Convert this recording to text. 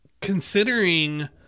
Considering